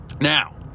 Now